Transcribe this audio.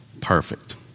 Perfect